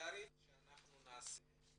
פרלמנטרית שנעשה.